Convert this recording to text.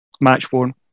match-worn